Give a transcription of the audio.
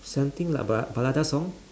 something like ba~ balada song